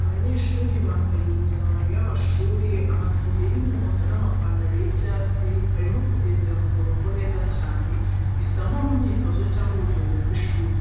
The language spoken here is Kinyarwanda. Abanyeshuri bambaye impuzankano y’amashuri amasengeri y’umuhondo n’amapantalo y’icyatsi, barimo kugendera mu murongo neza cyane, bisa nko mu myitozo cyangwa urugendo rw’ishuri.